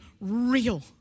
real